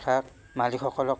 তাত মালিকসকলক